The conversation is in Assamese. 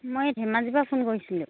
মই ধেমাজিৰ পৰা ফোন কৰিছিলোঁ